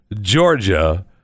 georgia